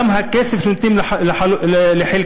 גם הכסף שנותנים לחלקה,